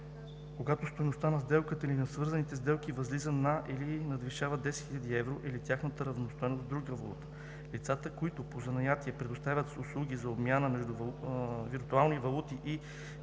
когато стойността на сделката или на свързаните сделки възлиза на или надвишава 10 000 евро или тяхната равностойност в друга валута; лицата, които по занятие предоставят услуги за обмяна между виртуални валути и